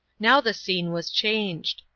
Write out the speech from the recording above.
now the scene was changed.